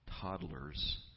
toddlers